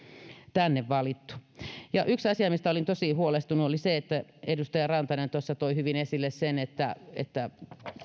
tänne valittu yksi asia mistä olin tosi huolestunut oli se kun edustaja rantanen tuossa toi hyvin esille sen että että